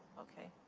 okay.